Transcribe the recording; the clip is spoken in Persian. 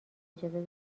اجازه